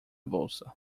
bolsa